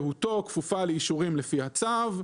מיותר זהותו כפופה לאישורים לפי הצו.